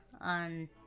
on